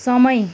समय